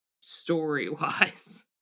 story-wise